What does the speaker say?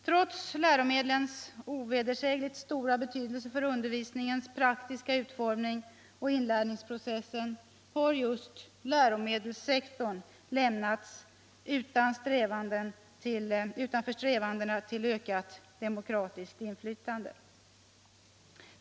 Trots läromedlens ovedersägligt stora betydelse för undervisningens praktiska utformning och inlärningsprocessen har just läromedelssektorn lämnats utanför strävandena till ökat demokratiskt inflytande.